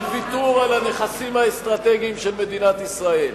ויתור על הנכסים האסטרטגיים של מדינת ישראל.